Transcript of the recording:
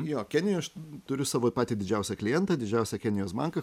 jo keniją aš turiu savo patį didžiausią klientą didžiausią kenijos banką